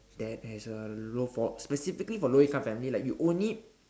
that has a low for specifically for low income family like you only